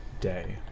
day